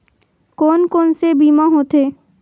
कोन कोन से बीमा होथे?